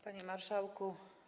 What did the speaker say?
Panie Marszałku!